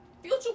Future